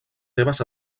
seves